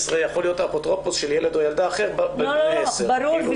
יכול להיות אפוטרופוס של ילד/ה אחר/ת בני 10. ברור,